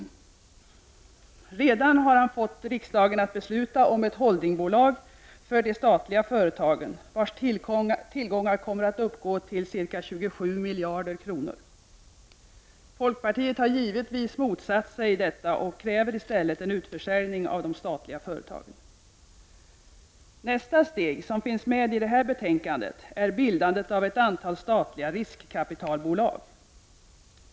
Redan har han fått riksdagen att besluta om ett holdingbolag för de statliga företagen, vars tillgångar kommer att uppgå till ca 27 miljarder kronor. Folkpartiet har givetvis motsatt sig detta och kräver i stället en utförsäljning av de statliga företagen. Nästa steg som finns med i dagens betänkande är bildandet av ett antal statliga riskkapitalbolag.